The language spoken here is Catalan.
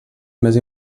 més